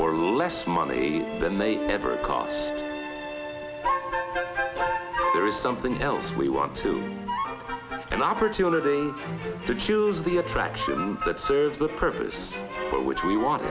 for less money than they ever call there is something else we want to an opportunity to choose the attraction that serves the purpose for which we want